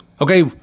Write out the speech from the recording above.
okay